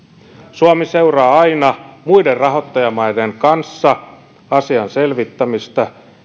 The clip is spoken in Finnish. suomi seuraa aina muiden rahoittajamaiden kanssa asian selvittämistä ja